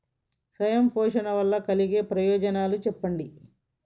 స్వయం పోషణ వల్ల కలిగే ప్రయోజనాలు చెప్పండి?